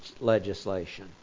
legislation